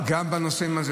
ואני גם לא ידעתי שבאר שבע,